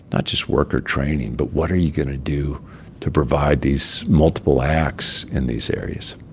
not just worker training, but what are you going to do to provide these multiple acts in these areas?